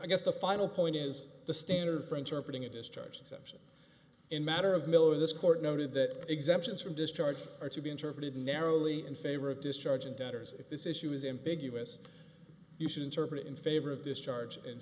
i guess the final point is the standard for interpreting a discharge except in matter of miller this court noted that exemptions from discharge are to be interpreted narrowly in favor of discharge and debtors if this issue is ambiguous you should interpret it in favor of discharge in